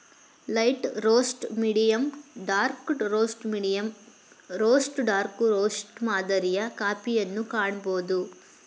light roast, medium dark roast, medium roast dark roast ಮಾದರಿಯ ಕಾಫಿಯನ್ನು ಕಾಣಬೋದು